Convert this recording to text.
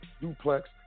duplex